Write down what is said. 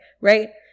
right